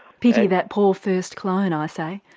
pity that poor first clone i say.